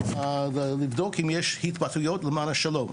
לבדוק אם יש התבטאויות למען השלום.